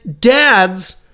dads